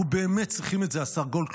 אנחנו באמת צריכים את זה, השר גולדקנופ.